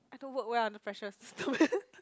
I don't work well under pressure